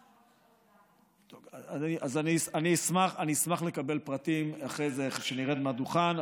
אז אני אשמח לקבל פרטים אחרי שאני ארד מהדוכן,